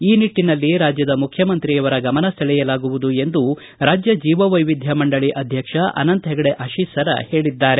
ಈ ನಿಟ್ಟಿನಲ್ಲಿ ರಾಜ್ಯದ ಮುಖ್ಯಮಂತ್ರಿಯವರ ಗಮನ ಸೆಳೆಯಲಾಗುವುದು ಎಂದು ರಾಜ್ಯ ಜೀವ ವೈವಿಧ್ಯ ಮಂಡಳಿ ಅಧ್ಯಕ್ಷ ಅನಂತ ಪೆಗಡೆ ಆತೀಸರ್ ಹೇಳಿದ್ದಾರೆ